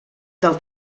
del